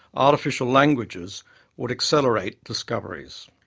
artificial languages would accelerate discoveries.